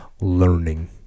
learning